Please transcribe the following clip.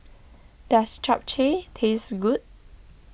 does Japchae taste good